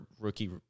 rookie